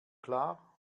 klar